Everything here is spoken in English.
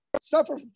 suffer